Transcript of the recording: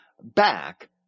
back